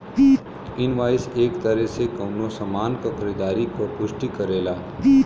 invoice एक तरे से कउनो सामान क खरीदारी क पुष्टि करेला